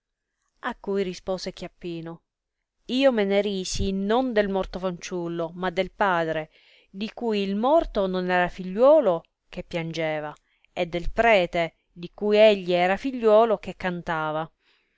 a cui rispose chiappino io me ne risi non del morto fanciullo ma del padre di cui il morto non era figliuolo che piangeva e del prete di cui egli era figliuolo che cantava